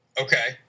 Okay